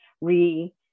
re